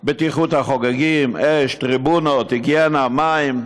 בטיחות החוגגים, אש, טריבונות, היגיינה, מים.